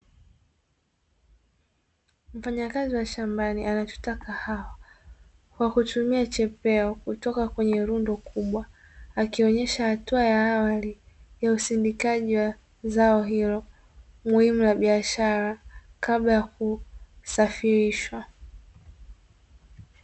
Mfanyakazi wa shambani anachota kahawa kwa kutumia chepeo kutoka kwenye rundo kubwa, akionyesha hatua ya awali ya usindikaji wa zao hilo muhimu la biashara kabla ya kusafirishwa.